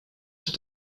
czy